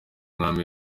mwami